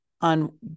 on